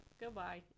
Goodbye